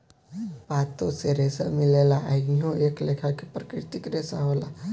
पातो से रेसा मिलेला आ इहो एक लेखा के प्राकृतिक रेसा होला